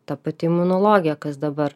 ta pati imunologija kas dabar